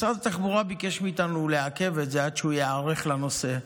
משרד התחבורה ביקש מאיתנו לעכב את זה עד שהוא ייערך לנושא.